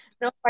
no